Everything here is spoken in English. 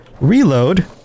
reload